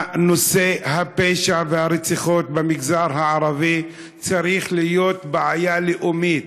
נושא הפשע והרציחות במגזר הערבי צריך להיות בעיה לאומית,